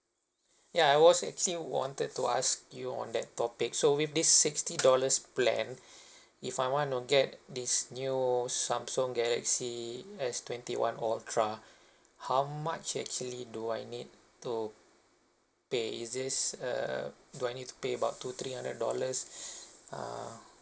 yeah I was actually wanted to ask you on that topic so with this sixty dollars plan if I want to get this new samsung galaxy S twenty one ultra how much actually do I need to pay is this err do I need to pay about two three hundred dollars uh